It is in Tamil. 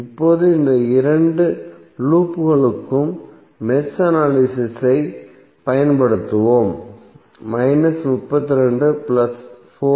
இப்போது இந்த இரண்டு லூப்களுக்கும் மெஷ் அனலிசிஸ் ஐ பயன்படுத்துவோம்